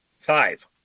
Five